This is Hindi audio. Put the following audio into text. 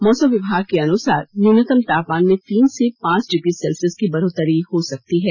मौसम विभाग के अनुसार न्यूनतम तापमान में तीन से पांच डिग्री सेल्सियस की बढ़ोत्तरी हो सकती है